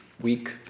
Week